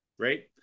right